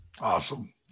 awesome